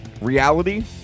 reality